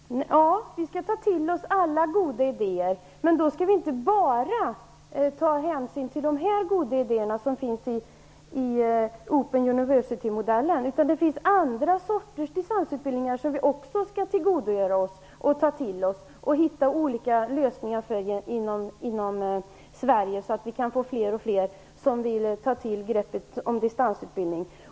Herr talman! Vi skall ta till oss alla goda idéer, men vi skall då inte bara ta hänsyn till de goda idéer som finns i Open University-modellen. Det finns också andra typer av distansutbildning som vi skall tillgodogöra oss och hitta lösningar på i Sverige, så att fler och fler skall kunna använda sådana utbildningar.